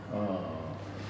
orh